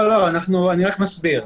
לא, אני רק מסביר.